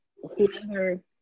whoever